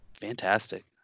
Fantastic